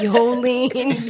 Yolene